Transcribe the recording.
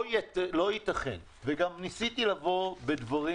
לא ייתכן וגם ניסיתי לבוא בדברים,